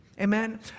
Amen